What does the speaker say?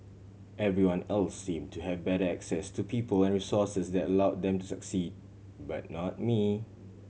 everyone else seem to have better access to people and resources that allow them to succeed but not me